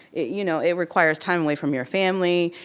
you know it requires time away from your family.